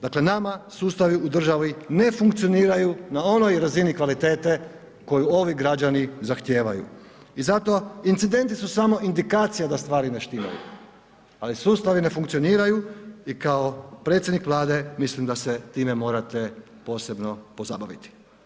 Dakle nama sustavi u državi ne funkcioniraju na onoj razini kvalitete koju ovi građani zahtijevaju i zato incidenti su samo indikacija da stvari ne štimaju ali sustavi ne funkcioniraju i kao predsjednik Vlade, mislim da se time morate posebno pozabaviti.